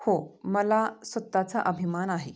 हो मला स्वतःचा अभिमान आहे